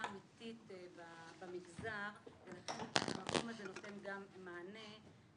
אמיתית במגזר --- שהמקום הזה נותן גם מענה.